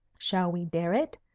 shall we dare it?